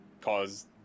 cause